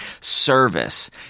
service